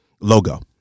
logo